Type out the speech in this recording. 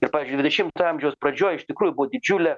ir pavyzdžiui dvidešimto amžiaus pradžioj iš tikrųjų buvo didžiulė